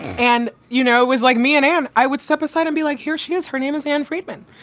and you know, was like me and and i would step aside and be like, here she is. her name is ann friedman.